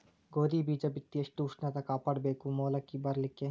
ಗೋಧಿ ಬೀಜ ಬಿತ್ತಿ ಎಷ್ಟ ಉಷ್ಣತ ಕಾಪಾಡ ಬೇಕು ಮೊಲಕಿ ಬರಲಿಕ್ಕೆ?